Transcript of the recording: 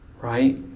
right